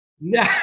No